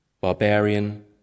barbarian